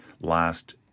last